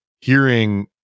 hearing